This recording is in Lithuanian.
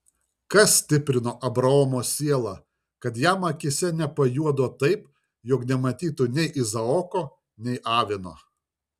kas stiprino abraomo sielą kad jam akyse nepajuodo taip jog nematytų nei izaoko nei avino